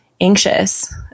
anxious